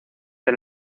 del